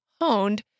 honed